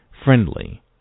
Friendly